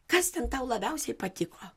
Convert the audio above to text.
kas ten tau labiausiai patiko